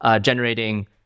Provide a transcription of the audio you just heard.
generating